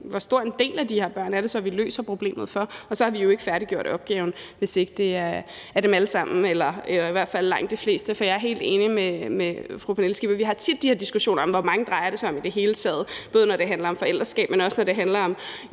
hvor stor en del af de her børn det så er, vi løser problemet for. For vi har jo ikke færdiggjort opgaven, hvis ikke det er dem alle sammen eller i hvert fald langt de fleste. For jeg er helt enig med fru Pernille Skipper i, at vi tit har de her diskussioner om, hvor mange det drejer sig om i det hele taget, både når det handler om forældreskab, men også når det handler om